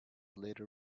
later